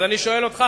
אז אני שואל אותך,